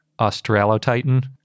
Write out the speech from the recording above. Australotitan